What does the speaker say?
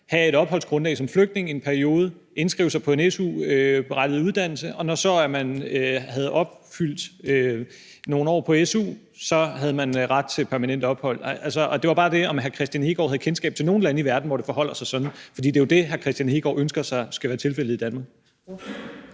have et opholdsgrundlag som flygtning i en periode, indskrive sig på en su-berettiget uddannelse, og når man så havde været nogle år på su, havde man ret til permanent ophold. Det var bare det, altså om hr. Kristian Hegaard har kendskab til nogen lande i verden, hvor det forholder sig sådan, for det er jo det, hr. Kristian Hegaard ønsker skal være tilfældet i Danmark.